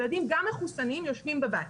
ילדים גם מחוסנים יושבים בבית.